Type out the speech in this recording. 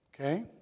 Okay